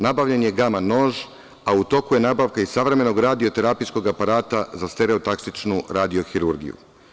Nabavljen je gama nož, a u toku je nabavka savremenog radio-terapijskog aparata za stereotaksičnu radio-hirurgiju.